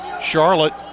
Charlotte